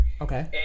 Okay